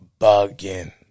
bugging